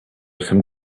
some